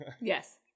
Yes